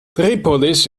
tripolis